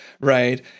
right